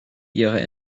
ihrer